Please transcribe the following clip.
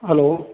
hello